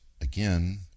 again